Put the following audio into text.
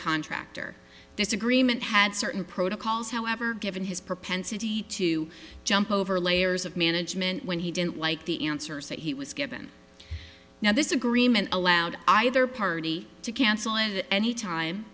contractor this agreement had certain protocols however given his propensity to jump over layers of management when he didn't like the answers that he was given now this agreement allowed either party to cancel and any time